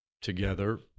together